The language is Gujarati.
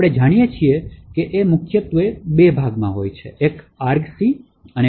આપણે જાણીએ છીએ કે એ મુખ્ય બે પરિમાણો લે છે એક argc અને argv છે